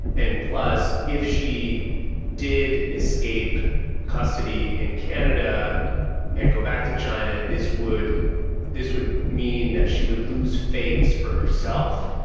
and plus, if she did escape custody in canada and go back to china, this would this would mean that she would lose face for herself,